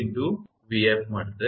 𝑣𝑓 મળશે